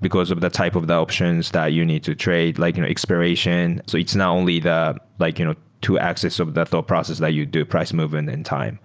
because of the type of the options that you need to trade, like and expiration. so it's not only the like you know two axis of but the thought process that you do price movement in time.